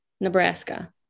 Nebraska